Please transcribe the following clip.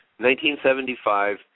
1975